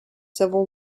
civil